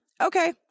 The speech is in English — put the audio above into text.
Okay